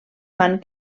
fan